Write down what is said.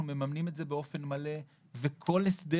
אנחנו מממנים את זה באופן מלא וכל הסדר